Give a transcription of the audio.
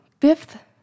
fifth